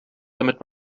damit